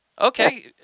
Okay